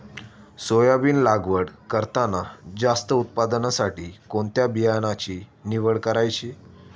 Soybean लागवड करताना जास्त उत्पादनासाठी कोणत्या बियाण्याची निवड करायची?